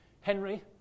Henry